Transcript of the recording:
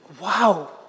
Wow